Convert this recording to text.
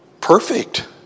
perfect